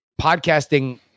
podcasting